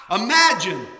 Imagine